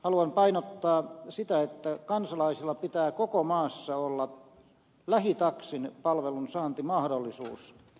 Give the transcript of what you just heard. haluan painottaa sitä että kansalaisilla pitää koko maassa olla lähitaksin palvelun saantimahdollisuus